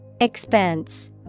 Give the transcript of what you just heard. Expense